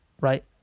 Right